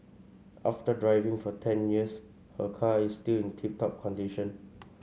after driving for ten years her car is still in tip top condition